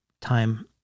Time